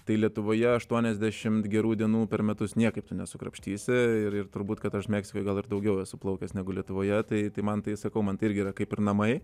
tai lietuvoje aštuoniasdešimt gerų dienų per metus niekaip tu nesukrapštysi ir turbūt kad aš meksikoj gal ir daugiau esu plaukęs negu lietuvoje tai man tai sakau man tai irgi yra kaip ir namai